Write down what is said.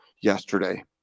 yesterday